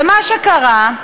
ומה שקרה,